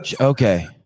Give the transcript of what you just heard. Okay